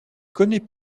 connaît